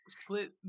split